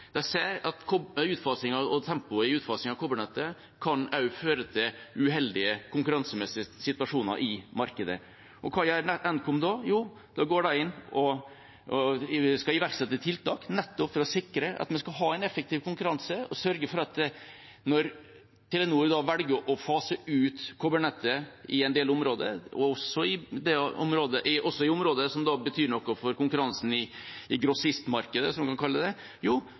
tempoet i utfasingen av kobbernettet også kan føre til uheldige konkurransemessige situasjoner i markedet. Hva gjør Nkom da? Jo, da går de inn og skal iverksette tiltak – nettopp for å sikre at vi skal ha en effektiv konkurranse og sørge for at når Telenor da velger å fase ut kobbernettet i en del områder, også i områder som betyr noe for konkurransen i grossistmarkedet, som man kaller det, gis det pålegg om at det må være erstatningsprodukter på plass for at det skal kunne skje. Så jeg mener at det